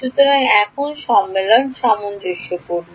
সুতরাং এখন সম্মেলন সামঞ্জস্যপূর্ণ